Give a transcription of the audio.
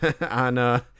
on